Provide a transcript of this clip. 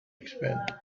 expanded